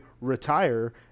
retire